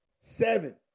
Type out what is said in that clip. seven